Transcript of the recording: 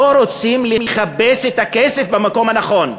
לא רוצים לחפש את הכסף במקום הנכון.